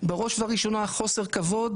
בראש ובראשונה חוסר כבוד